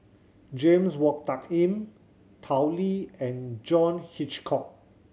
James Wong Tuck Yim Tao Li and John Hitchcock